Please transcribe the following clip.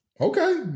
Okay